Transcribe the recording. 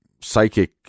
psychic